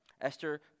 Esther